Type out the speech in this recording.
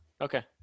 Okay